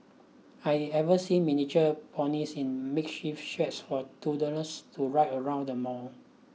I've even seen miniature ponies in makeshift sheds for toddlers to ride around the mall